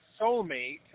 soulmate